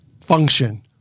function